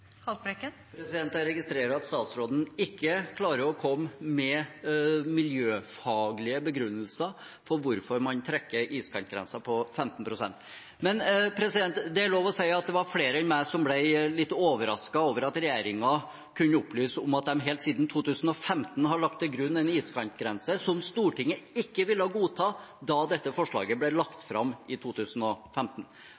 Jeg registrerer at statsråden ikke klarer å komme med miljøfaglige begrunnelser for hvorfor man trekker iskantgrensen på 15 pst. Det er lov å si at det var flere enn meg som ble litt overrasket over at regjeringen kunne opplyse om at de helt siden 2015 har lagt til grunn en iskantgrense som Stortinget ikke ville godta da dette forslaget ble lagt